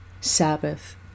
Sabbath